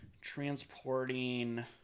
transporting